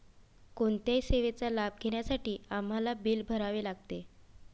कोणत्याही सेवेचा लाभ घेण्यासाठी आम्हाला बिल भरावे लागते